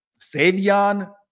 Savion